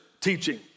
teaching